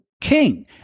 king